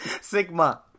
Sigma